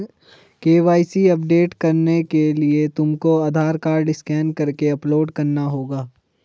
KYC update करने के लिए तुमको आधार कार्ड स्कैन करके अपलोड करना होगा